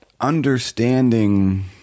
understanding